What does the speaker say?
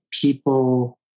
people